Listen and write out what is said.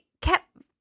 kept